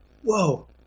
whoa